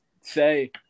say